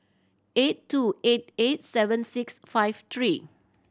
eight two eight eight seven six five three